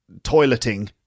toileting